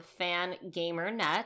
FangamerNet